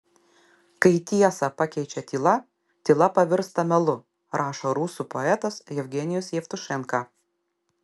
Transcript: kai tiesą pakeičia tyla tyla pavirsta melu rašo rusų poetas jevgenijus jevtušenka